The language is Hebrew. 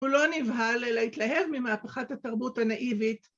‫הוא לא נבהל להתלהב ‫ממהפכת התרבות הנאיבית.